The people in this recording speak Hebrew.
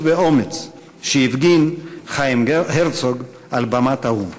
ואותו אומץ שהפגין חיים הרצוג על במת האו"ם.